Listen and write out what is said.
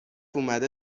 اومده